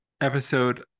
episode